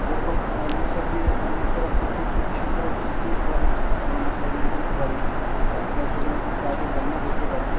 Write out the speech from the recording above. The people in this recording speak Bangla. যেরকম মিক্সার দিয়ে অনেক মশলার পক্ষে খুবই সুবিধা একটু ক্যুইকভাবে আমরা মশলা রেডি করতে পারি গ্যাস ওভেনে খুব তাড়াতাড়ি রান্না করতে পারি